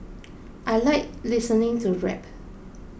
I like listening to rap